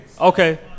Okay